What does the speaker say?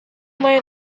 маю